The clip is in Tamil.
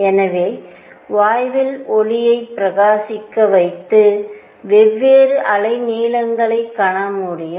எனவே வாயுவில் ஒளியைப் பிரகாசிக்க வைத்து வெவ்வேறு அலைநீளங்களைக் காணமுடியும்